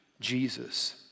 Jesus